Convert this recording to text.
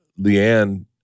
Leanne